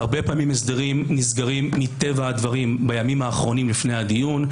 הרבה פעמים הסדרים נסגרים מטבע הדברים בימים האחרונים לפני הדיון,